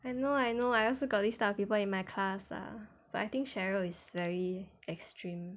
I know I know I also got this type of people in my class ah but I think cheryl is very extreme